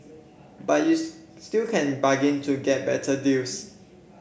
but you still can bargain to get better deals